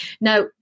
Now